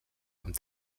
amb